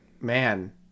Man